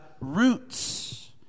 roots